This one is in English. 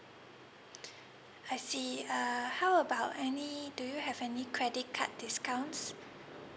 I see uh how about any do you have any credit card discounts